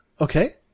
okay